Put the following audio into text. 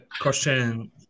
question